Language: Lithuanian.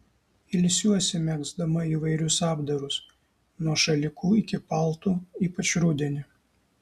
ilsiuosi megzdama įvairius apdarus nuo šalikų iki paltų ypač rudenį